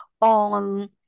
on